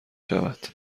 شود